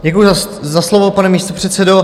Děkuji za slovo, pane místopředsedo.